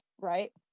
right